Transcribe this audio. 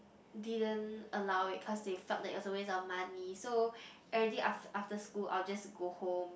didn't allow it cause they felt that it was a waste of money so everyday after after school I'll just go home